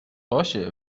باشه